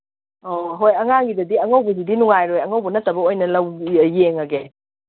ꯑꯧ ꯍꯣꯏ ꯑꯉꯥꯡꯒꯤꯗꯗꯤ ꯑꯉꯧꯕꯗꯗꯤ ꯅꯨꯡꯉꯥꯏꯔꯣꯏ ꯑꯉꯧꯕ ꯅꯠꯇꯕ ꯑꯣꯏꯅ ꯌꯦꯡꯉꯒꯦ